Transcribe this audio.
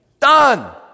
Done